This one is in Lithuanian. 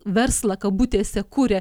verslą kabutėse kuria